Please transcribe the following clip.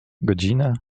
godzinę